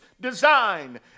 design